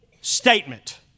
statement